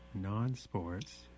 non-sports